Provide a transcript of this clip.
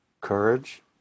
courage